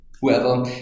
whoever